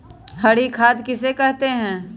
हरी खाद किसे कहते हैं?